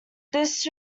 this